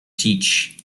teach